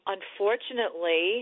Unfortunately